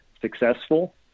successful